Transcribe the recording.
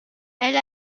elle